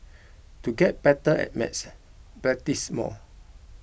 to get better at maths practise more